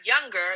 younger